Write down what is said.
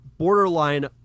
borderline